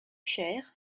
cher